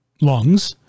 lungs